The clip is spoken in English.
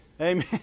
Amen